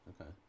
Okay